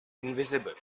invisible